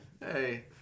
Hey